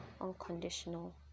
unconditional